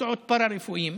מקצועות פארה-רפואיים,